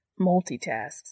Multitasks